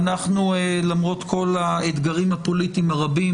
למרות כל האתגרים הפוליטיים הרבים,